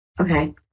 Okay